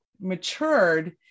matured